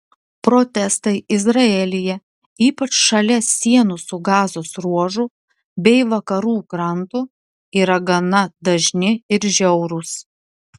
protestai izraelyje ypač šalia sienų su gazos ruožu bei vakarų krantu yra gana dažni ir žiaurūs